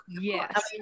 Yes